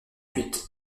huit